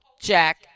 Jack